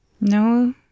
No